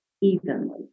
evenly